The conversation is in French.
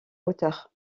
hauteur